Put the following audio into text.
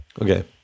Okay